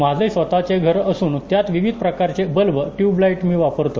माझे स्वतःचे घर असून त्यात विविध प्रकारचे बल्ब टयूब लाईट मी वापरतो